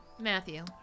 Matthew